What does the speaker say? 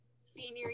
senior